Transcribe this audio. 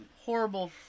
horrible